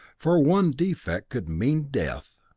for one defect could mean death.